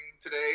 today